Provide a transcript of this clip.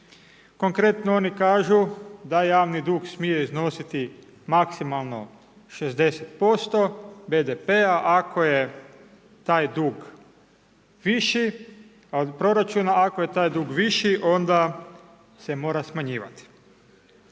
Konkretno oni kažu da javni dug smije iznositi max. 60% BDP-a, ako je taj dug više od proračuna, ako je taj dug viši, onda se mora smanjivati.